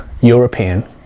European